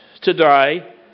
today